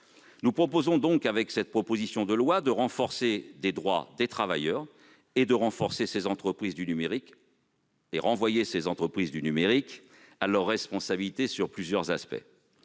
Nous proposons donc, par le biais de cette proposition de loi, de renforcer les droits des travailleurs et de renvoyer ces entreprises du numérique à leurs responsabilités à l'égard de plusieurs aspects.